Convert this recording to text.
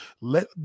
let